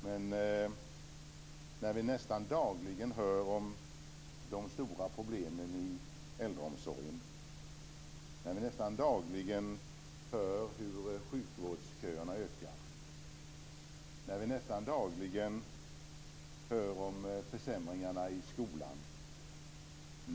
Vi hör ju nästan dagligen om de stora problemen i äldreomsorgen, om hur sjukvårdsköerna ökar och om försämringarna i skolan.